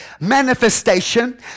manifestation